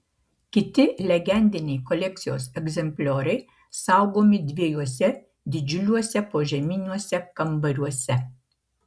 kiti legendiniai kolekcijos egzemplioriai saugomi dviejuose didžiuliuose požeminiuose kambariuose